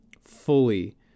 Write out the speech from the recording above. fully